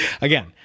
Again